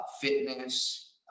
Fitness